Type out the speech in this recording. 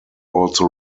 also